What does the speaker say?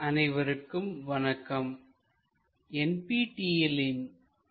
orthographic projection II பகுதி 1 அனைவருக்கும் வணக்கம்